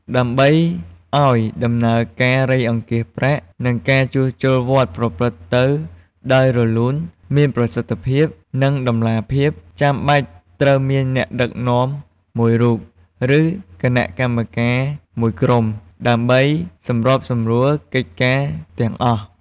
ដើម្បីឱ្យដំណើរការរៃអង្គាសប្រាក់ និងការជួសជុលវត្តប្រព្រឹត្តទៅដោយរលូន មានប្រសិទ្ធភាព និងតម្លាភាព ចាំបាច់ត្រូវមានអ្នកដឹកនាំមួយរូប ឬគណៈកម្មការមួយក្រុម ដើម្បីសម្របសម្រួលកិច្ចការទាំងអស់។